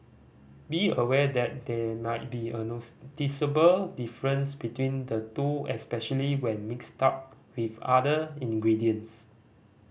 be aware that there might be a noticeable difference between the two especially when mixed up with other ingredients